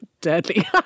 deadly